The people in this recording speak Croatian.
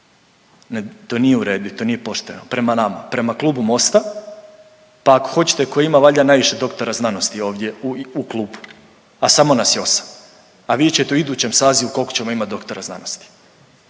to nije u redu i to nije pošteno prema nama, prema Klubu Mosta, pa ako hoćete ko ima valjda najviše doktora znanosti ovdje u klubu, a samo nas je 8, a vidit ćete u idućem sazivu koliko ćemo imat doktora znanosti